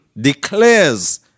declares